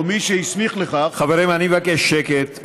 או מי שהסמיך לכך, חברים, אני מבקש שקט.